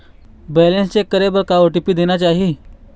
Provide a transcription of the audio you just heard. Balance check करे बर का ओ.टी.पी देना चाही?